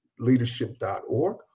leadership.org